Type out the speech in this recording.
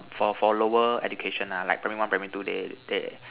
for for lower education ah like primary one primary two they they